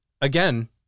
again